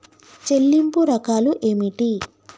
చెల్లింపు రకాలు ఏమిటి?